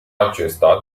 acesta